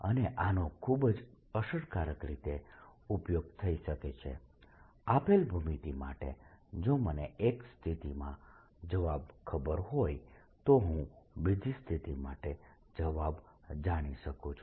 અને આનો ખૂબ જ અસરકારક રીતે ઉપયોગ થઈ શકે છે આપેલ ભૂમિતિ માટે જો મને એક સ્થિતિમાં જવાબ ખબર હોય તો હું બીજી સ્થિતિ માટે જવાબ જાણી શકું છું